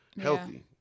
healthy